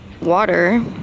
water